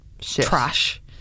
trash